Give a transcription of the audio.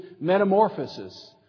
metamorphosis